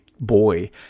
boy